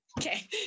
okay